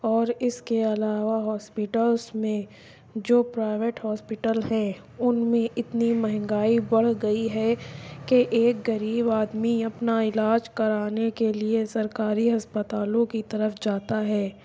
اور اس کے علاوہ ہاسپیٹلس میں جو پرائیوٹ ہاسپیٹل ہیں ان میں اتنی مہنگائی بڑھ گئی ہے کہ ایک غریب آدمی اپنا علاج کرانے کے لیے سرکاری اسپتالوں کی طرف جاتا ہے